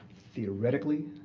theoretically,